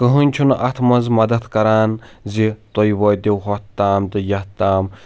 کہٕنۍ چُھنہٕ اَتھ منٛز مدد کَران زِ تُہۍ وٲتِو ہوٚتھ تام تہٕ یَتھ تام